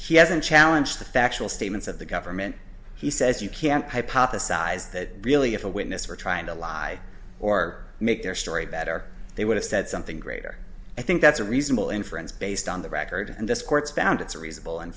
sense he hasn't challenge the factual statements of the government he says you can't hypothesize that really if a witness were trying to lie or make their story better they would have said something greater i think that's a reasonable inference based on the record and this court's found it's a reasonable